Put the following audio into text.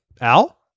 Al